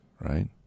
right